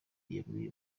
yabwiye